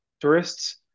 tourists